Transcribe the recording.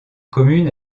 commune